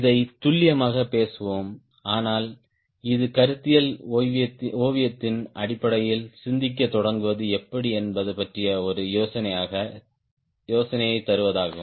இதைத் துல்லியமாகப் பேசுவோம் ஆனால் இது கருத்தியல் ஓவியத்தின் அடிப்படையில் சிந்திக்கத் தொடங்குவது எப்படி என்பது பற்றிய ஒரு யோசனையைத் தருவதாகும்